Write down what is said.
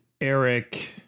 Eric